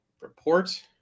report